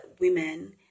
women